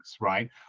right